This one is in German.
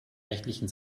rechtlichen